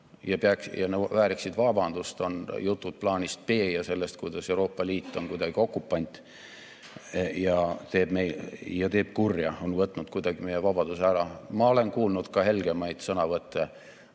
ja vääriksid vabandust on jutud plaanist B ja sellest, kuidas Euroopa Liit on kuidagi okupant, teeb kurja ja on võtnud kuidagi meie vabaduse ära. Ma olen kuulnud ka helgemaid sõnavõtte